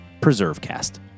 PreserveCast